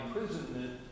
imprisonment